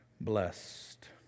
blessed